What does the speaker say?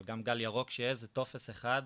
אבל גם "גל ירוק" שיהיה איזה טופס אחד,